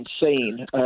insane –